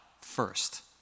first